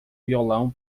violão